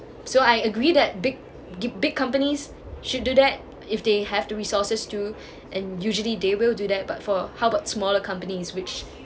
so I agree that big big companies should do that if they have to resources to and usually they will do that but for how about smaller companies which